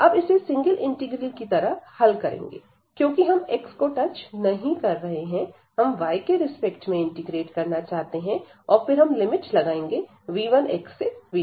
अब इसे single integral की तरह हल करेंगे क्योंकि हम x को टच नहीं कर रहे हैं हम y के रिस्पेक्ट में इंटीग्रेट करना चाहते हैं और फिर हम लिमिट लगाएंगे v1x से v2x